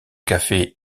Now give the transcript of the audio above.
cafés